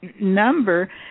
number